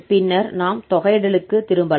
பின்னர் நாம் தொகையிடலுக்கு திரும்பலாம்